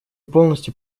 полностью